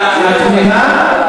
את תמימה?